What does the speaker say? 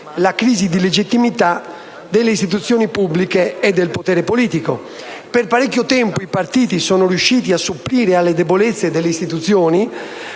la crisi di legittimità delle istituzioni pubbliche e del potere politico. Per parecchio tempo i partiti sono riusciti a supplire alle debolezze delle istituzioni;